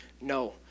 No